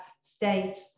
states